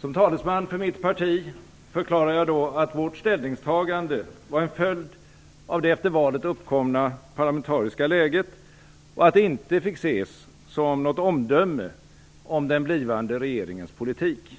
Som talesman för mitt parti förklarade jag då att vårt ställningstagande var en följd av det efter valet uppkomna parlamentariska läget och att det inte fick ses som något omdöme om den blivande regeringens politik.